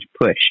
push